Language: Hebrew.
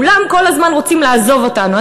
כולם כל הזמן רוצים לעזוב אותנו.